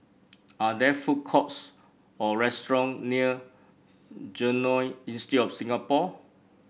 are there food courts or restaurant near Genome Institute of Singapore